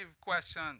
question